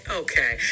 okay